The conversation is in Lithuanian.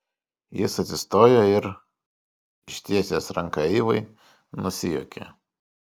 jis atsistojo ir ištiesęs ranką eivai nusijuokė